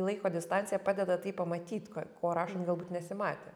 laiko distancija padeda tai pamatyt ko ko rašant galbūt nesimatė